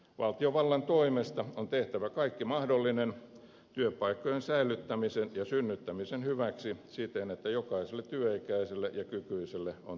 valtiovallan toimesta on tehtävä kaikki mahdollinen työpaikkojen säilyttämisen ja synnyttämisen hyväksi siten että jokaiselle työikäiselle ja kykyiselle on työtä tarjolla